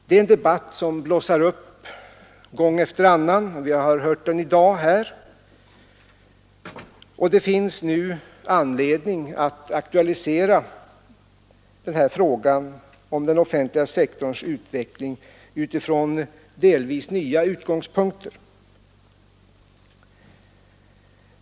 Det är en debatt som blossar upp gång efter annan, men det finns nu anledning att aktualisera frågan om den offentliga sektorns utveckling ur delvis nya perspektiv.